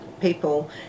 people